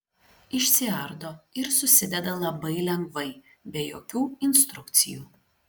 išsiardo ir susideda labai lengvai be jokių instrukcijų